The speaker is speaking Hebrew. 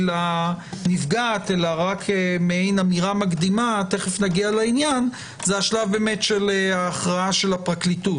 לנפגעת אלא רק מעין אמירה מקדימה זה השלב של ההכרעה של הפרקליטות.